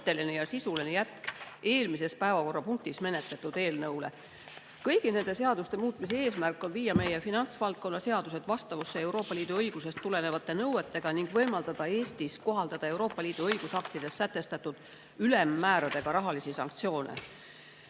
Kõigi nende seaduste muutmise eesmärk on viia meie finantsvaldkonna seadused vastavusse Euroopa Liidu õigusest tulenevate nõuetega ning võimaldada Eestis kohaldada Euroopa Liidu õigusaktides sätestatud ülemmääradega rahalisi sanktsioone.